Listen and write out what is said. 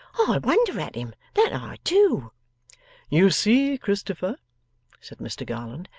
i wonder at him that i do you see, christopher said mr garland,